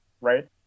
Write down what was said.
right